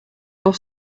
auf